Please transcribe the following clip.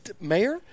Mayor